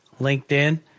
LinkedIn